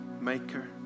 maker